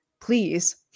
please